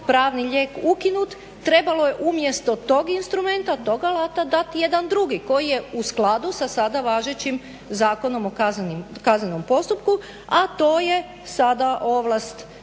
pravni lijek ukinut trebalo je umjesto tog instrumenta, tog alata dat jedan drugi koji je u skladu sa sada važećim Zakonom o kaznenom postupku, a to je sada ovlast